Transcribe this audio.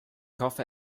hoffe